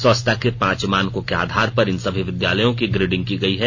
स्वच्छता के पांच मानकों के आधार पर इन सभी विद्यालयों की ग्रेडिंग की गई है